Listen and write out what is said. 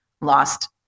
lost